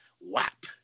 Whap